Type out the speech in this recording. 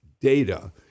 data